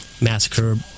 massacre